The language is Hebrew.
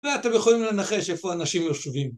ואתם יכולים לנחש איפה אנשים יושבים